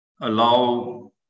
allow